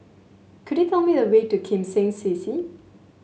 could you tell me the way to Kim Seng C C